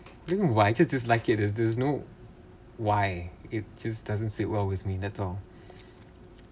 you know why just dislike it there's there's no why it just doesn't sit well with me that's all